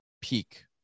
peak